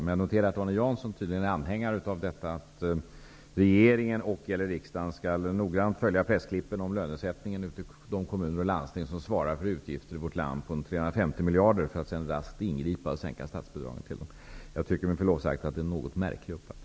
Men jag noterar att Arne Jansson tydligen är en anhängare av att regeringen eller riksdagen noga skall följa pressklippen om lönesättningen ute i kommuner och landsting, som svarar för utgifter i vårt land på 350 miljarder kronor för att drastiskt kunna ingripa och sänka statsbidragen. Jag tycker med förlov sagt att det är en något märklig uppfattning.